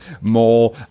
more